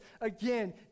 again